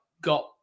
got